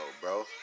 bro